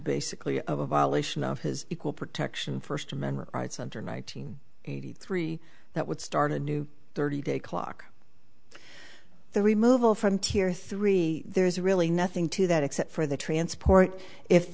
basically a violation of his equal protection first amendment rights under nine hundred eighty three that would start a new thirty day clock the removal from tier three there is really nothing to that except for the transport if